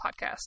podcast